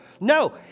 No